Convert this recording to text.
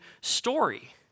story